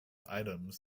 items